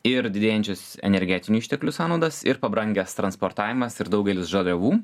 ir didėjančias energetinių išteklių sąnaudas ir pabrangęs transportavimas ir daugelis žaliavų